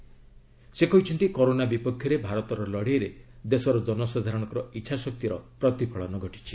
ଶ୍ରୀ ମୋଦି କହିଛନ୍ତି କରୋନା ବିପକ୍ଷରେ ଭାରତର ଲଢ଼େଇରେ ଦେଶର ଜନସାଧାରଣଙ୍କ ଇଚ୍ଛାଶକ୍ତିର ପ୍ରତିଫଳନ ଘଟିଛି